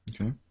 Okay